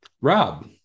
Rob